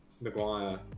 Maguire